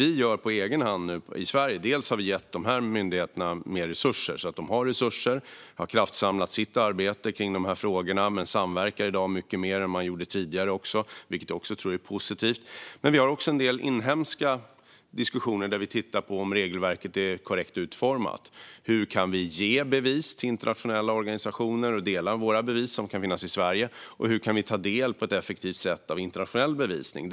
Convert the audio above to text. I Sverige har vi gett dessa myndigheter mer resurser, så att de har tillräckliga resurser. De har kraftsamlat i sitt arbete i dessa frågor. De samverkar dessutom i dag mycket mer än de gjorde tidigare, vilket jag tror är positivt. Vi har också en del inhemska diskussioner där vi tittar på om regelverket är korrekt utformat. Hur kan vi ge bevis till internationella organisationer och dela de bevis som kan finnas i Sverige, och hur kan vi på ett effektivt sätt ta del av internationell bevisning?